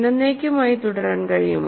എന്നെന്നേക്കുമായി തുടരാൻ കഴിയുമോ